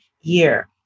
year